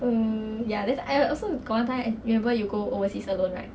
mm ya then I also got one time I remember you go overseas alone right